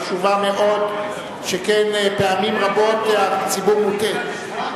חשובה מאוד, שכן פעמים רבות הציבור מוטעה.